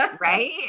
right